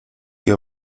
que